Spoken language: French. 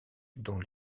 dont